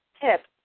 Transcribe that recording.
tip